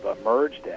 emerged